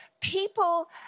people